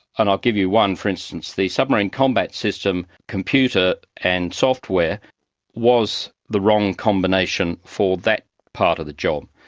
and i'll give you one, for instance, the submarine combat system computer and software was the wrong combination for that part of the job.